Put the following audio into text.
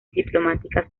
diplomáticas